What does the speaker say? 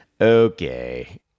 okay